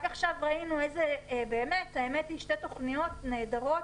רק עכשיו ראינו באמת שתי תוכניות נהדרות,